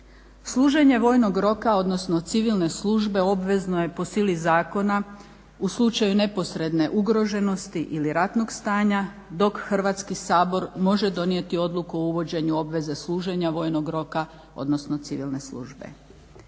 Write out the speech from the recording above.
Služenje vojnog roka, odnosno civilne službe obvezno je po sili zakona u slučaju neposredne ugroženosti ili ratnog stanja dok Hrvatski sabor može donijeti odluku o uvođenju obveze služenja vojnog roka, odnosno civilne službe.